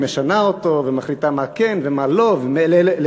היא משנה אותו ומחליטה מה כן ומה לא ולאילו